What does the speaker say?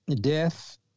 death